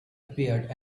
appeared